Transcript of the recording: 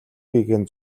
гэгээн